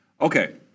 Okay